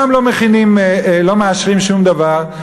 גם לא מאשרים שום דבר,